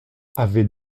avait